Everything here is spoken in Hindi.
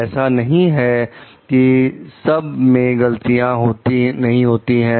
ऐसा नहीं है कि सब से गलतियां नहीं होती हैं